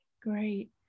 Great